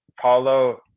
Paulo